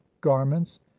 garments